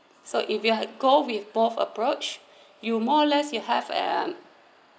so if you go with both approach you more less you have um